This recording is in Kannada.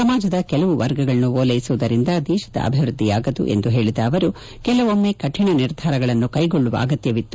ಸಮಾಜದ ಕೆಲವು ವರ್ಗಗಳನ್ನು ಓಲ್ವೆಸುವುದರಿಂದ ದೇಶದ ಅಭಿವೃದ್ದಿ ಆಗದು ಎಂದು ಹೇಳಿದ ಅವರು ಕೆಲವೊಮ್ಮೆ ಕಠಿಣ ನಿರ್ಧಾರಗಳನ್ನು ಕೈಗೊಳ್ಳುವ ಅಗತ್ಯವಿತ್ತು